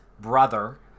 brother